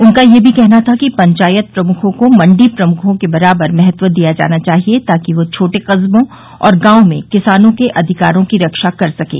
उनका यह भी कहना था कि पंचायत प्रमुखों को मंडी प्रमुखों के बराबर महत्व दिया जाना चाहिए ताकि वे छोटे कस्बों और गांवों में किसानों के अधिकारों की रक्षा कर सकें